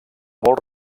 molt